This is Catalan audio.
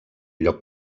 lloc